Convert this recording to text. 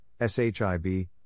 SHIB